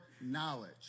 knowledge